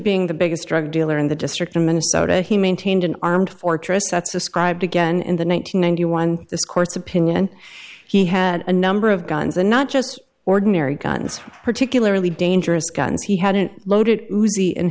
being the biggest drug dealer in the district in minnesota he maintained an armed fortress that's described again in the one thousand nine hundred one this court's opinion he had a number of guns and not just ordinary guns particularly dangerous guns he hadn't loaded in